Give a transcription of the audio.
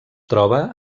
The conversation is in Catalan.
troba